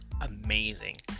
amazing